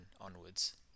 onwards